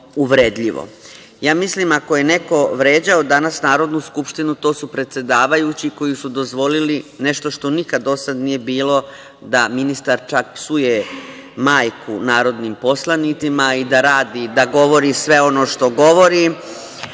Ja mislim ako je neko vređao danas Narodnu skupštinu, to su predsedavajući, koji su dozvolili nešto što nikad do sad nije bilo, da ministar čak psuje majku narodnim poslanicima i da radi i govori sve ono što govori.